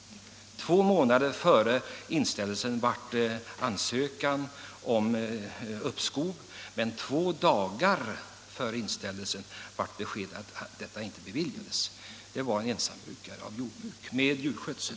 Två månader före inställelsen skrevs ansökan om uppskov, men två dagar före inställelsen kom besked att detta inte beviljades. Det gällde en ensam jordbrukare med djurskötsel.